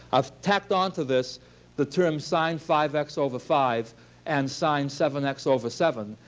i've tacked onto this the term sine five x over five and sine seven x over seven.